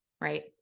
right